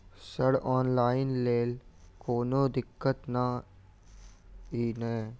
Sir online लैल कोनो दिक्कत न ई नै?